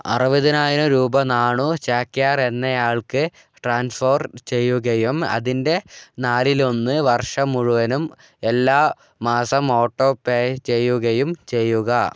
അറുപതിനായിരം രൂപ നാണു ചാക്യാർ എന്നയാൾക്ക് ട്രാൻസ്ഫർ ചെയ്യുകയും അതിൻ്റെ നാലിൽ ഒന്ന് വർഷം മുഴുവനും എല്ലാ മാസം ഓട്ടോ പേ ചെയ്യുകയും ചെയ്യുക